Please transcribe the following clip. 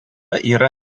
yra